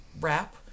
wrap